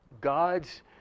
God's